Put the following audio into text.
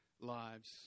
lives